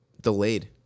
delayed